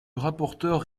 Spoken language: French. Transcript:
rapporteur